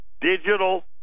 Digital